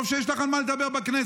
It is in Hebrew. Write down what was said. טוב שיש לך על מה לדבר בכנסת.